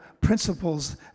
principles